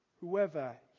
whoever